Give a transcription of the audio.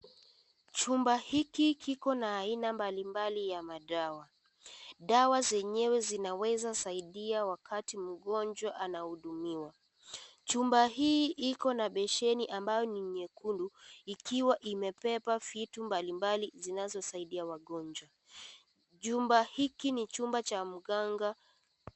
Chumba hiki kiko na aina mbalimbali ya madawa, dawa zenyewe zinaweza saidia wakati mgonjwa anahudumiwa . Chumba hii ikona besheni ambayo ni nyekundu ikiwa imebeba vitu mbalimbali zinazosaidia wagonjwa . Jumba hiki ni chumba cha mganga.